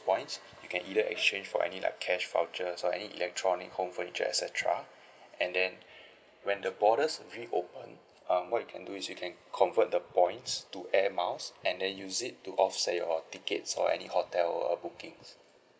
points you can either exchange for any like cash voucher for any electronic home furniture e tcetera and then when the borders reopen um what you can do is you can convert the points to Air Miles and then use it to offset your ticket or any hotel's bookings